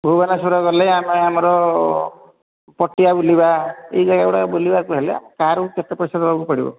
ଭୁବନେଶ୍ୱର ଗଲେ ଆମେ ଆମର ପଟିଆ ବୁଲିବା ଏହି ଜାଗାଗୁଡ଼ାକୁ ବୁଲିବାକୁ ହେଲେ କାର୍କୁ କେତେ ପଇସା ଦେବାକୁ ପଡ଼ିବ